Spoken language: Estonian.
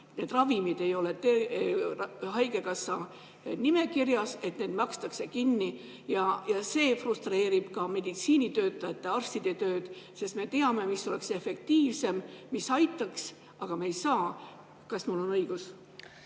need ravimid ei ole haigekassa nimekirjas, neid [ei] maksta kinni. See frustreerib ka meditsiinitöötajate, arstide tööd, sest me teame, mis oleks efektiivsem, mis aitaks, aga me ei saa ... Kas mul on õigus?